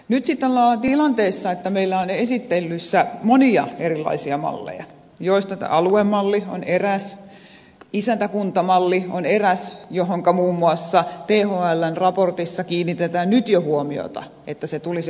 nyt sitten ollaan tilanteessa että meillä on esittelyssä monia erilaisia malleja joista aluemalli on eräs isäntäkuntamalli on eräs johonka muun muassa thln raportissa kiinnitetään nyt jo huomiota että se tulisi arvioida uudelleen